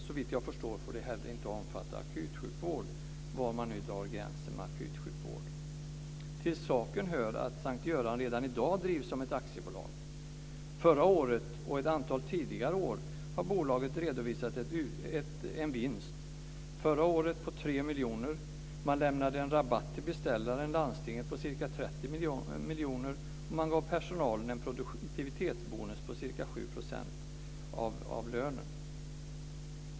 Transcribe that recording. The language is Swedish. Såvitt jag förstår får det här heller inte omfatta akutsjukvård, var man nu drar gränsen för akutsjukvård. Till saken hör att S:t Görans sjukhus redan i dag drivs som ett aktiebolag. Förra året och ett antal tidigare år har bolaget redovisat en vinst. Förra året var den på 3 miljoner. Man lämnade en rabatt till beställaren, landstinget, på ca 30 miljoner och man gav personalen en produktivitetsbonus på ca 7 % av lönen.